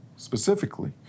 specifically